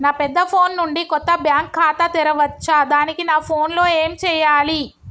నా పెద్ద ఫోన్ నుండి కొత్త బ్యాంక్ ఖాతా తెరవచ్చా? దానికి నా ఫోన్ లో ఏం చేయాలి?